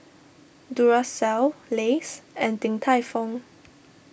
Duracell Lays and Din Tai Fung